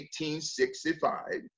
1865